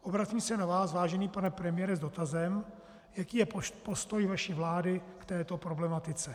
Obracím se na vás, vážený pane premiére, s dotazem, jaký je postoj vaší vlády k této problematice.